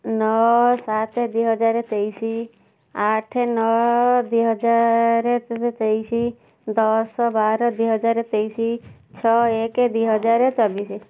ନଅ ସାତ ଦୁଇ ହଜାର ତେଇଶି ଆଠ ନଅ ଦୁଇ ହଜାର ତେଇଶି ଦଶ ବାର ଦୁଇ ହଜାର ତେଇଶି ଛଅ ଏକ ଦୁଇ ହଜାର ଚବିଶି